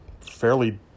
fairly